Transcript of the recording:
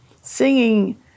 singing